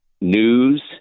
news